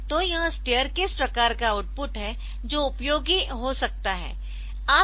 तो यह स्टेरकेस प्रकार का आउटपुट है जो उपयोगी हो सकता है